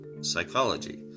psychology